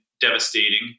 devastating